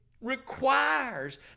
requires